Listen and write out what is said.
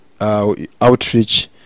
outreach